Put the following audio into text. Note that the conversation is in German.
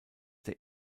der